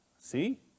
See